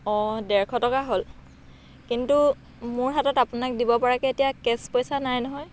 অঁ ডেৰশ টকা হ'ল কিন্তু মোৰ হাতত আপোনাক দিব পৰাকৈ এতিয়া কেচ পইচা নাই নহয়